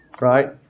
right